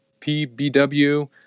PBW